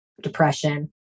depression